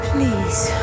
Please